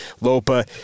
Lopa